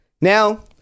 Now